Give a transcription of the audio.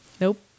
Nope